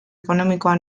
ekonomikoa